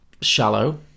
shallow